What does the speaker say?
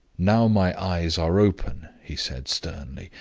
now my eyes are open, he said, sternly,